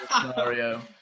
scenario